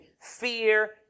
Fear